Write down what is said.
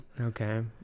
Okay